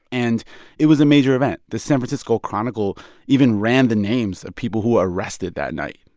and it was a major event. the san francisco chronicle even ran the names of people who arrested that night,